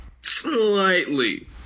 slightly